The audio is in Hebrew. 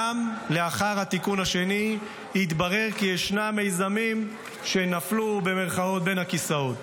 גם לאחר התיקון השני התברר כי ישנם מיזמים שנפלו בין הכיסאות.